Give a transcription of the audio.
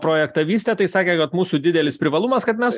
projektą vystę tai sakė kad mūsų didelis privalumas kad mes